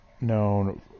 known